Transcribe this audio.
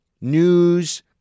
news